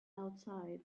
outside